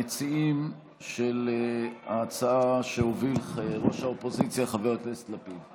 המציעים של ההצעה שהוביל ראש האופוזיציה חבר הכנסת לפיד.